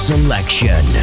Selection